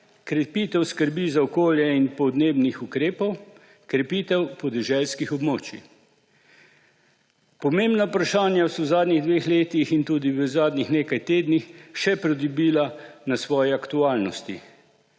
krepitev skrbi za okolje in podnebnih ukrepov, krepitev podeželskih območij. Pomembna vprašanja so v zadnjih dveh letih in tudi v zadnjih nekaj tednih še pridobila na svoji aktualnosti.